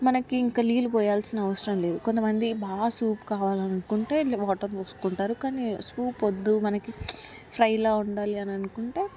మనకింక నీళ్లు పోయాల్సిన అవసరం లేదు కొంతమంది బాగా సూప్ కావాలనుకుంటే ఇట్లా వాటర్ పోసుకుంటారు కానీ సూప్ వద్దు మనకి ఫ్రైలా ఉండాలి అని అనుకుంటే